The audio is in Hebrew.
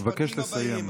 אבקש לסיים.